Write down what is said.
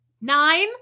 Nine